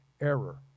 error